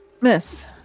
Miss